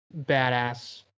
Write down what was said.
badass